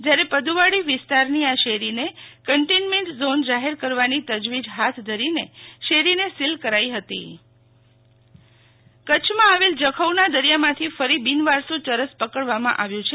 જયારે પડુવાડી વિસ્તારની આ શેરીને કન્ટેઈન્ટમેન્ટ ઝોન જાહેર કરવાની તજવીજ હાથ ધરીને શેરીને સીલ કરાઈ છે શિતલ વૈશ્નવ ચરસ જખૌ કચ્છમાં આવેલ જખૌના દરિયામાંથી ફરી બિનવારસુ યરસ પકડવામાં આવ્યુ છે